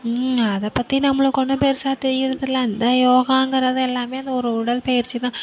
அதை பற்றி நம்மளுக்கு ஒன்றும் பெருசாக தெரியிறதுலாம் இல்லை இந்த யோகாங்கிறது எல்லாமே இந்த ஒரு உடல் பயிற்சி தான்